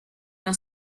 una